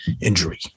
injury